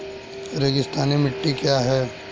रेगिस्तानी मिट्टी क्या है?